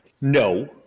No